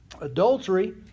Adultery